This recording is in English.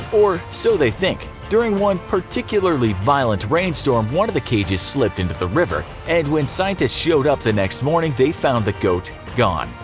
or so they think during one particularly violent rain storm one of the cages slipped into the river and when scientists showed up the next morning they found the goat gone.